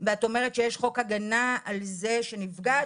עבודה ואת אומרת שיש חוג הגנה על זו שנפגעת?